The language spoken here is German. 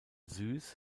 süß